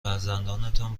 فرزندانتان